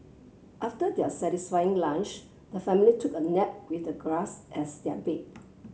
after their satisfying lunch the family took a nap with the grass as their bed